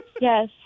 Yes